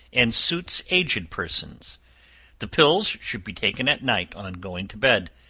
and suits aged persons the pills should be taken at night on going to bed.